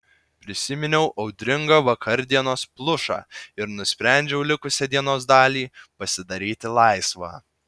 prisiminiau audringą vakardienos plušą ir nusprendžiau likusią dienos dalį pasidaryti laisvą